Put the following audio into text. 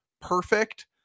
perfect